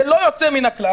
ללא יוצא מן הכלל,